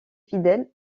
fidèles